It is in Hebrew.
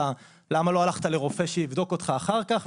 למה לא הלכת לרופא שיבדוק אותך אחר כך,